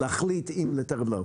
להחליט אם לטהר או לא.